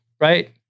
right